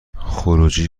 خروجی